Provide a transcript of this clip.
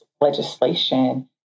legislation